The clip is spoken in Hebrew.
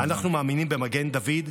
אנחנו מאמינים במגן דוד,